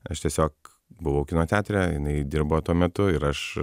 aš tiesiog buvau kino teatre jinai dirbo tuo metu ir aš